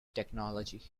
technology